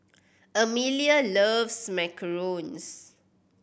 Emilia loves macarons